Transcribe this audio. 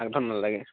আগদিনাখন নালাগে